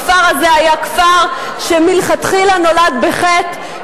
הכפר הזה היה כפר שמלכתחילה נולד בחטא,